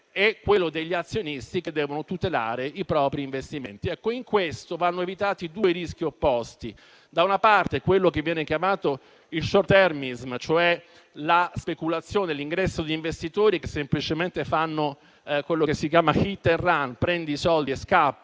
e quella degli azionisti che devono tutelare i propri investimenti. Nel far ciò vanno evitati due rischi opposti: da una parte, quello che viene chiamato *short termism*, cioè la speculazione, l'ingresso di investitori che semplicemente fanno quello che si chiama *hit and run*, "prendi i soldi e scappa",